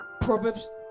Proverbs